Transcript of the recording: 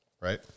Right